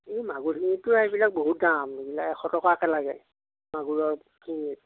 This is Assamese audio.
ই মাগুৰ শিঙিটো এইবিলাক বহুত দাম এইবিলাক এশ টকাকৈ লাগে মাগুৰৰ কিলো